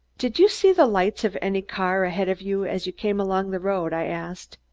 did you see the lights of any car ahead of you, as you came along the road? i asked.